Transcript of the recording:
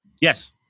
Yes